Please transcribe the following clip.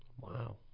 Wow